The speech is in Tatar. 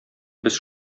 без